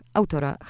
autora